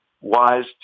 wise